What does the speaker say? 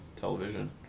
television